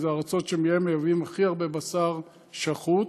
הארצות שמהן מייבאים הכי הרבה בשר שחוט,